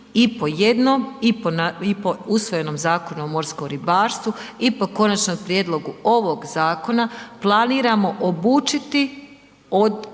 i po jednom i po usvojenom Zakonu o morskom ribarstvu i po konačnom prijedlogu ovog zakona, planiramo obučiti državne